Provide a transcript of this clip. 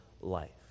life